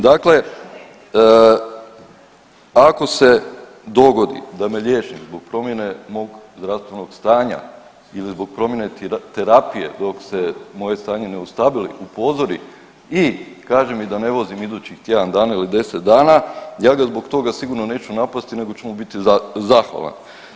Dakle, ako se dogodi da me liječnik zbog promjene mog zdravstvenog stanja ili zbog promjene terapije dok se moje stanje ne ustabili upozori i kaže mi da ne vozim idućih tjedan dana ili deset dana, ja ga zbog toga sigurno neću napasti nego ću mu biti zahvalan.